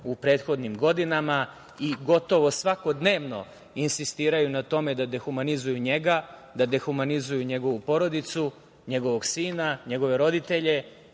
u prethodnim godinama. Gotovo svakodnevno insistiraju na tome da dehumanizuju njega, da dehumanizuju njegovu porodicu, njegovog sina, njegove roditelje,